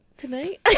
tonight